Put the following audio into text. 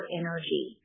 energy